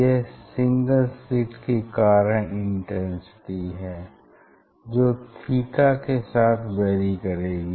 यह single slit के कारण इंटेंसिटी है जो थीटा के साथ वैरी करेगी